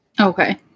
Okay